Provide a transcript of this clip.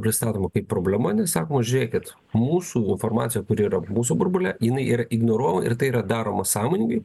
pristatoma kaip problema sakoma žiūrėkit mūsų informacija kuri yra mūsų burbule jinai ir ignoruojama ir tai yra daroma sąmoningai